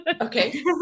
Okay